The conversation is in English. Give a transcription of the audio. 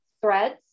threads